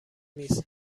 میز